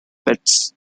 betts